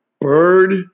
Bird